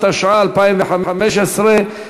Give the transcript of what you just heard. התשע"ה 2015,